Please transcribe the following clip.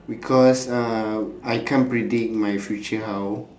because uh I can't predict my future how